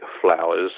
flowers